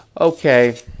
okay